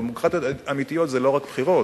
דמוקרטיות אמיתיות זה לא רק בחירות.